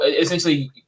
essentially